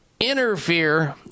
interfere